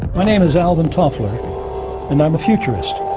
my name is alvin tofler and i am a futurist.